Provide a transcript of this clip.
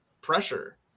pressure